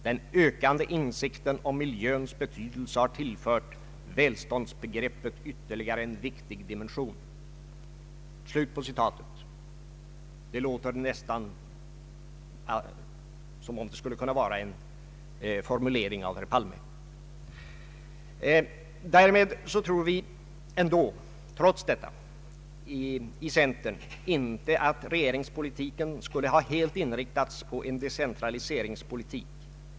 Den ökande insikten om miljöns betydelse har tillfört välståndsbegreppet ytterligare en viktig dimension.” Det låter nästan som om det skulle kunna vara en formulering av herr Palme. Vi i centern tror dock inte att regeringspolitiken skulle ha inriktats helt på en <:decentraliseringspolitik.